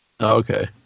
Okay